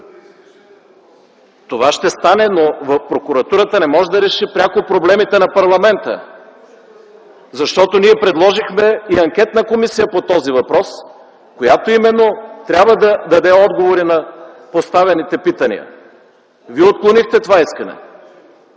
Това ще стане, но прокуратурата не може да реши пряко проблемите на парламента. Защото ние предложихме и анкетна комисия по този въпрос, която именно трябва да даде отговори на поставените питания. Вие отклонихте това искане.